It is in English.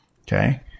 Okay